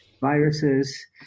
viruses